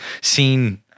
seen